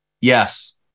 Yes